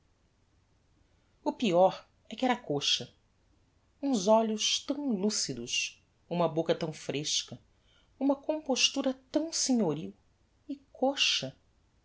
o peor é que era coxa uns olhos tão lúcidos uma boca tão fresca uma compostura tão senhoril e coxa